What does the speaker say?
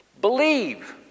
Believe